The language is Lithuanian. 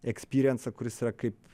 ekspyrensą kuris yra kaip